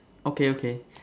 okay okay